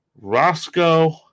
Roscoe